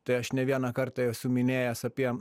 tai aš ne vieną kartą esu minėjęs apie